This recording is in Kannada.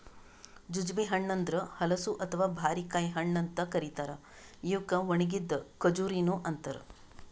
ಜುಜುಬಿ ಹಣ್ಣ ಅಂದುರ್ ಹಲಸು ಅಥವಾ ಬಾರಿಕಾಯಿ ಹಣ್ಣ ಅಂತ್ ಕರಿತಾರ್ ಇವುಕ್ ಒಣಗಿದ್ ಖಜುರಿನು ಅಂತಾರ